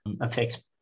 affects